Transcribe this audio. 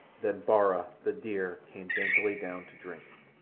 than bara, the deer, came daintily down to drink.